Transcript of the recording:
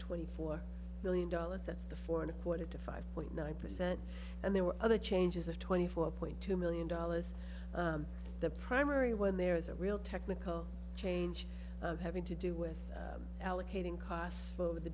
twenty four billion dollars that's the four and a quarter to five point nine percent and there were other changes of twenty four point two million dollars the primary when there is a real technical change having to do with allocating costs for the